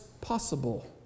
possible